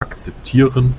akzeptieren